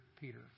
Peter